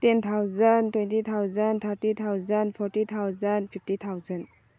ten thousand twenty thousand thirty thousand fifty thousand fifty thousand